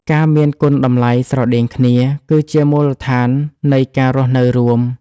ការមានគុណតម្លៃស្រដៀងគ្នាគឺជាមូលដ្ឋាននៃការរស់នៅរួម។